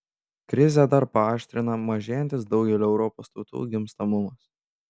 krizę dar paaštrina mažėjantis daugelio europos tautų gimstamumas